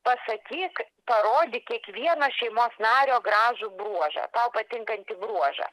pasakyk parodyk kiekvieną šeimos nario gražų bruožą tau patinkantį bruožą